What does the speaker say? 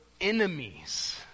enemies